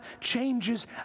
changes